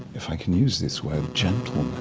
if i can use this word gentleness